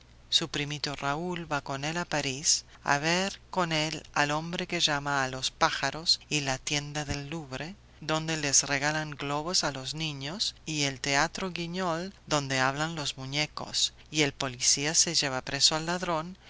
su primito raúl va con él a parís a ver con él al hombre que llama a los pájaros y la tienda del louvre donde les regalan globos a los niños y el teatro guiñol donde hablan los muñecos y el policía se lleva preso al ladrón